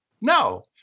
No